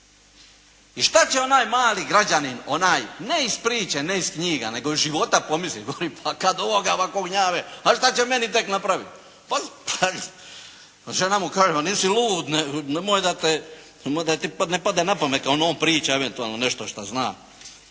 I šta će onaj mali građanin, onaj ne iz priče, ne iz knjiga, nego iz života pomisliti. Govori, pa kad ovoga ovako gnjave, pa šta će meni tek napraviti. A žena mu kaže pa nisi lud, nemoj da ti padne na pamet …/Govornik se ne razumije./… eventualno nešto šta zna,